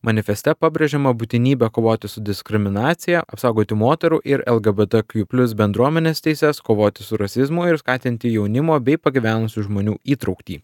manifeste pabrėžiama būtinybė kovoti su diskriminacija apsaugoti moterų ir elgbt kju plius bendruomenės teises kovoti su rasizmu ir skatinti jaunimo bei pagyvenusių žmonių įtrauktį